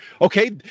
Okay